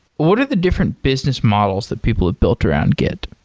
what are the different business models that people had built around git?